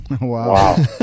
Wow